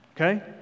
Okay